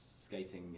Skating